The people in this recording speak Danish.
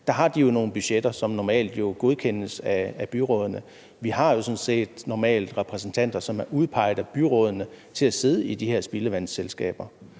har nogle budgetter, som jo normalt godkendes af byrådene – vi har jo sådan set normalt repræsentanter, som er udpeget af byrådene til at sidde i de her spildevandsselskaber.